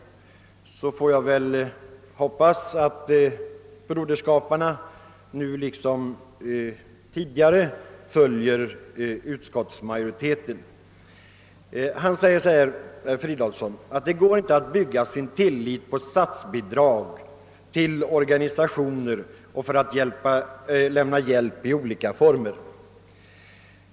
För min del hoppas jag att broderskaparna nu liksom tidigare skall följa utskottsmajoriteten. Herr Fridolfsson i Stockholm sade att det inte går att bygga sin tillit till stats bidrag när det gäller att lämna hjälp i olika former.